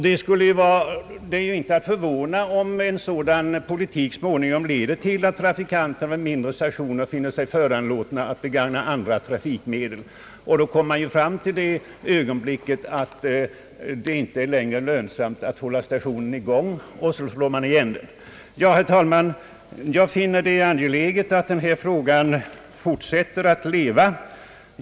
Det är inte att förvåna om en sådan politik så småningom leder till att trafikanterna vid de mindre stationerna finner sig föranlåtna att begagna andra trafikmedel. Då kommer man ju så småningom i den situationen att det inte längre är lön samt att hålla stationen i gång, och så slår man igen den. Herr talman! Jag finner det angeläget att denna fråga hålles vid liv.